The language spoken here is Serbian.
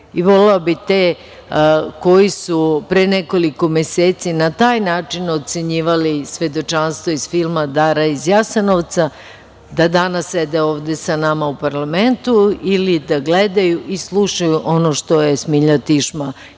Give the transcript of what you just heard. bih te koji su pre nekoliko meseci na taj način ocenjivali svedočanstva iz filma „Dara iz Jasenovca“ da danas sede ovde sa nama u parlamentu ili da gledaju i slušaju ono što je Smilja Tišma imala